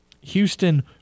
Houston